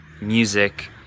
music